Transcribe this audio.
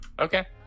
Okay